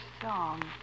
song